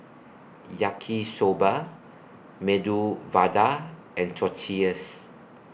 Yaki Soba Medu Vada and Tortillas